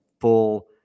full